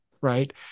right